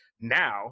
now